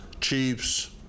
chiefs